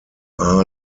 are